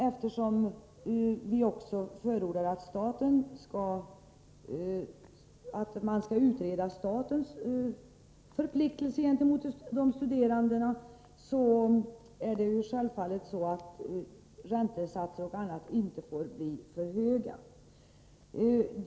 Eftersom vi också förordar att man skall utreda statens förpliktelser gentemot de studerande, får självfallet t.ex. räntesatsen inte bli för hög.